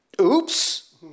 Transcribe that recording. oops